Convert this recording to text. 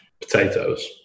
potatoes